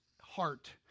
heart